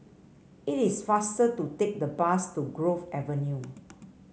it is faster to take the bus to Grove Avenue